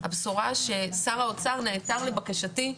הבשורה ששר האוצר נעתר לבקשתי,